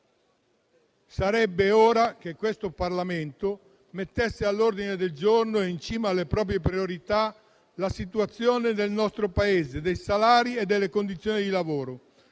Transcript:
Sarebbe ora che questo Parlamento mettesse all'ordine del giorno, in cima alle proprie priorità, la situazione dei salari e delle condizioni di lavoro